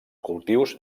cultius